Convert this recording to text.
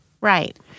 Right